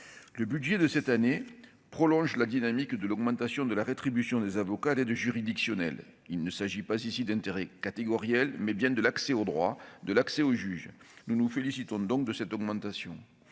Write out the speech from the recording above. Le budget de cette année prolonge la dynamique de l'augmentation de la rétribution des avocats d'aide juridictionnelle. Il s'agit ici non pas d'intérêts catégoriels, mais bien de l'accès au droit et au juge. Nous nous félicitons donc de cette augmentation.